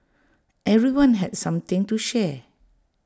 everyone had something to share